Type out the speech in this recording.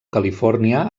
califòrnia